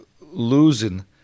losing